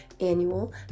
annual